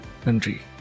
country